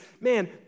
man